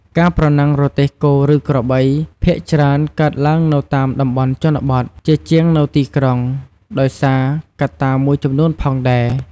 ការប្រណាំងរទេះគោឬក្របី ភាគច្រើនកើតឡើងនៅតាមតំបន់ជនបទ ជាជាងនៅទីក្រុង ដោយសារកត្តាមួយចំនួនផងដែរ។